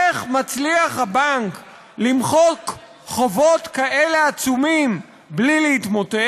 איך מצליח הבנק למחוק חובות כאלה עצומים בלי להתמוטט?